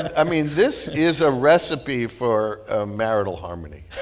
i mean, this is a recipe for ah marital harmony